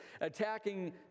attacking